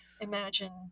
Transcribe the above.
imagine